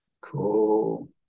Cool